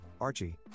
Archie